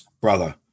brother